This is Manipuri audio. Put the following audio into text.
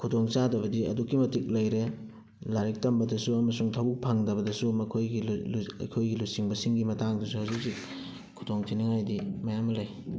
ꯈꯨꯗꯣꯡꯆꯥꯗꯕꯗꯤ ꯑꯗꯨꯛꯀꯤ ꯃꯇꯤꯛ ꯂꯩꯔꯦ ꯂꯥꯏꯔꯤꯛ ꯇꯝꯕꯗꯁꯨ ꯑꯃꯁꯨꯡ ꯊꯕꯛ ꯐꯪꯗꯕꯗꯁꯨ ꯃꯈꯣꯏꯒꯤ ꯑꯩꯈꯣꯏꯒꯤ ꯂꯨꯆꯤꯡꯕꯁꯤꯡꯒꯤ ꯃꯇꯥꯡꯗꯁꯨ ꯍꯧꯖꯤꯛ ꯍꯧꯖꯤꯛ ꯈꯨꯗꯣꯡ ꯊꯤꯅꯤꯡꯉꯥꯏꯗꯤ ꯃꯌꯥꯝ ꯑꯃ ꯂꯩ